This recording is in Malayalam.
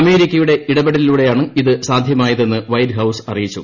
അമേരിക്കയുടെ ഇടപെടലിലൂടെയാണ് ഇത് സാധ്യമായതെന്ന് വൈറ്റ് ഹൌസ് അറിയിച്ചു